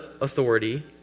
authority